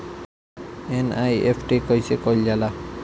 NEFT कइसे कइल जाला?